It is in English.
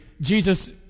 Jesus